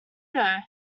know